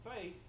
faith